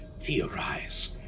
theorize